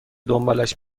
دنبالش